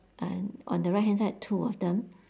and on the right hand side two of them